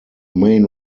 main